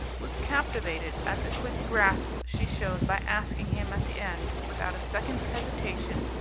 was captivated at the quick grasp she showed by asking him at the end, without a second's hesitation,